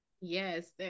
yes